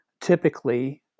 typically